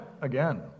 again